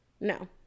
No